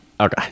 okay